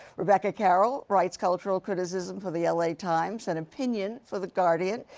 rebecca carroll, writes cultural criticism for the l a. times and opinion for the guardian.